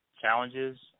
Challenges